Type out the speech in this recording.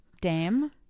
Dame